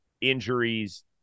injuries